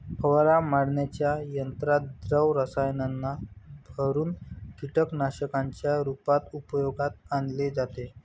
फवारा मारण्याच्या यंत्रात द्रव रसायनांना भरुन कीटकनाशकांच्या रूपात उपयोगात आणले जाते